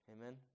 Amen